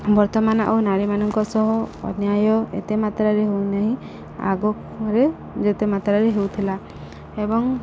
ବର୍ତ୍ତମାନ ଆଉ ନାରୀମାନଙ୍କ ସହ ଅନ୍ୟାୟ ଏତେ ମାତ୍ରାରେ ହଉନାହିଁ ଆଗରେ ଯେତେ ମାତ୍ରାରେ ହଉଥିଲା ଏବଂ